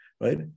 right